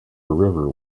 river